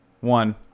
One